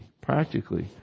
practically